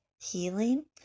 healing